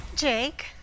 Jake